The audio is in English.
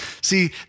See